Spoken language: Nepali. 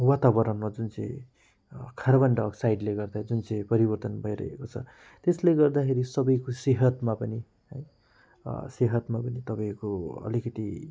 वातावरणमा जुन चाहिँ कार्बन डाइअक्साइडले गर्दा जुन चाहिँ परिवर्तन भइरहेको छ त्यसले गर्दाखेरि सबैको सेहतमा पनि सेहतमा पनि तपाईँको अलिकति